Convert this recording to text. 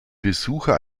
besucher